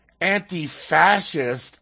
anti-fascist